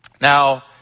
Now